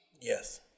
Yes